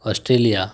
Australia